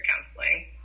counseling